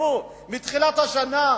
מתחילת השנה,